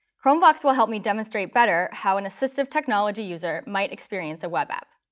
chromevox will help me demonstrate better how an assistive technology user might experience a web app.